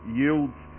yields